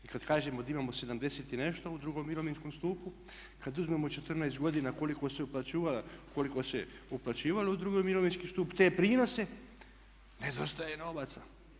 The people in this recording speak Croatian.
I kada kažemo da imamo 70 i nešto u drugom mirovinskom stupu, kada uzmemo 14 godina koliko se uplaćivalo u drugi mirovinski stup te prinose, nedostaje novaca.